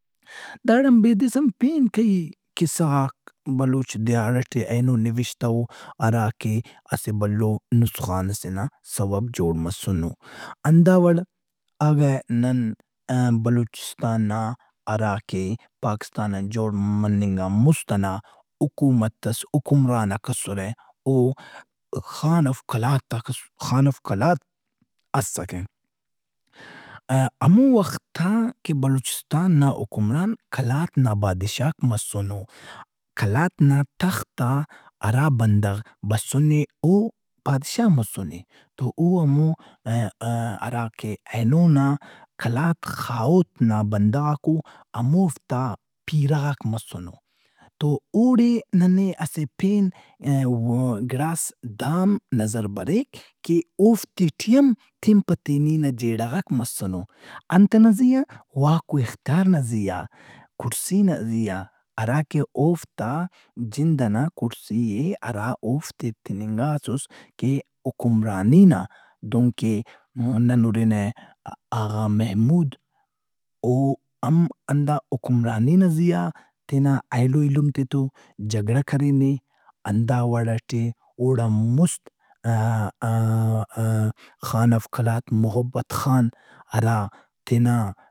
داڑن بیدس ہم پین کیئی قِصغاک بلوچ دیہاڑ ئٹے اینو نوشتہ اوہرا کہ اسہ بھلو نسخان ئسے نا سوب جوڑ مسنو۔ ہندا وڑ اگہ نن م- بلوچستان نا ہراکہ پاکستان ان جوڑ مننگ ان مُست ئنا حکومت اس، حکمراناک اسرہ۔ او خان آف قلاتاک اسو- خان اف قلات اسّکہ۔ ا- ہمو وخت آ کہ بلوچستان نا حکمران قلات نا بادشاہک مسنو۔ قلات نا تخت آ ہرا بندغ بسنے او بادشاہ مسنے۔ تو او ہمو ا-ا- ہراکہ اینو نا قلات خاہوت نا بندغاک او، ہموفتا پیرہ غاک مسنو۔ تو اوڑے ننے اسہ پین گڑاس دام نظر بریک کہ کہ اوفتے ٹی ہم تین پتینی نا جھیڑہ غاک مسنو۔ انت ئنا زیا؟ واک و اختیار نا زیا۔ کُڑسی نا زیا۔ ہراکہ اوفتا جند ئنا کرسی اے، ہرا کہ اوفتے تننگاسُس کہ حکمرانی نا دہنکہ نن ہُرنہ آغا محمود اوہم ہندا حکمرانی نا زیا تینا ایلو ایلمتے تو جھگڑا کرینے۔ ہندا وڑ ئتے اوڑان مُست ا-ا-ا- خان آف قلات محبت خان ہرا تینا۔